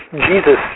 Jesus